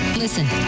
Listen